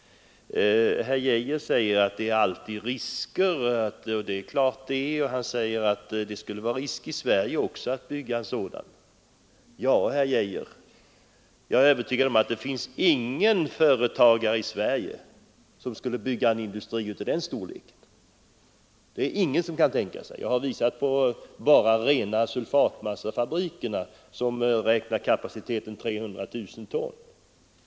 Herr Arne Geijer i Stockholm sade att det alltid finns risker vid investeringar och att det skulle vara förenat med risker att bygga en sådan anläggning också här i Sverige. Ja, herr Geijer, jag är övertygad om att det inte finns någon företagare i Sverige som skulle bygga en massaoch pappersfabrik i den storleken. Det är ingen som kar. tänka sig att göra det. Jag har visat på en sulfatfabrik, som räknar med kapaciteten 300 000 ton.